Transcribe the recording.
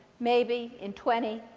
maybe, in twenty,